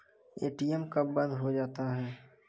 ATM कब बंद हो जाता हैं?